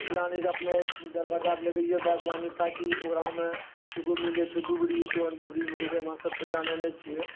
लानिके अपनो दरवाजा पर लगैऐ बागवानी ताकि ओकरामे एगो मिलैत छै दुबरी कोन दुबरी मिलैत छै हमरासभ तऽ जानै नहि छिऐ